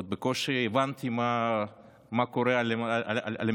עוד בקושי הבנתי מה קורה על המרקע,